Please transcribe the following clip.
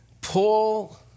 Paul